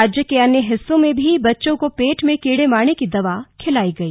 राज्य के अन्य हिस्सों में भी बच्चों को पेट में कीड़े मारने की दवा खिलाई गई